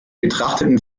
betrachteten